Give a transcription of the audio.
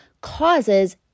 causes